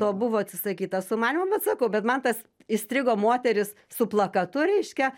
to buvo atsisakyta sumanymo bet sakau bet man tas įstrigo moteris su plakatu reiškia